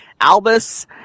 Albus